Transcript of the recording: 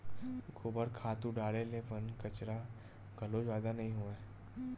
गोबर खातू डारे ले बन कचरा घलो जादा नइ होवय